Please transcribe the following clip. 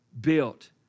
built